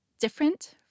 different